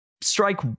strike